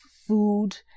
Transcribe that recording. food